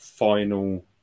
Final